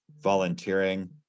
volunteering